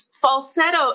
Falsetto